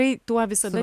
tai tuo visada